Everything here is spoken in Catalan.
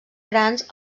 grans